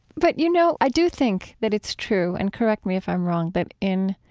but, you know, i do think that it's true, and correct me if i'm wrong, but in